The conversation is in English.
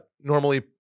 normally